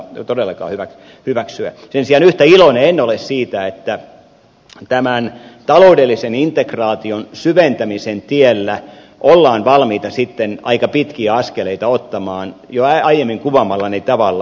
sen sijaan yhtä iloinen en ole siitä että tämän taloudellisen integraation syventämisen tiellä ollaan valmiita sitten aika pitkiä askeleita ottamaan jo aiemmin kuvaamallani tavalla